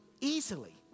Easily